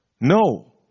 No